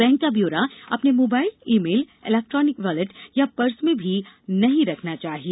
bank का ब्योरा अपने mobile email electronic wallet या पर्स में भी नहीं रखा जाना चाहिए